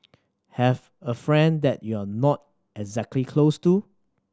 have a friend that you're not exactly close to